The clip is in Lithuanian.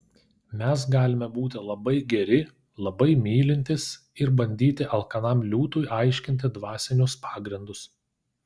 mes galime būti labai geri labai mylintys ir bandyti alkanam liūtui aiškinti dvasinius pagrindus